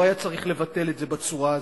לא היה צריך לבטל את זה בצורה הזאת.